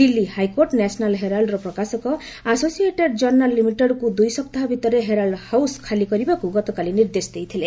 Delhi high court National ହେରାଲ୍ଡର ପ୍ରକାଶକ Associated Journals ଲିମିଟେଡ୍କୁ ଦୁଇ ସପ୍ତାହ ଭିତରେ ହେରାଲ୍ ହାଉସ୍ ଖାଲି କରିବାକୁ ଗତକାଲି ନିର୍ଦ୍ଦେଶ ଦେଇଥିଲେ